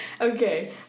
Okay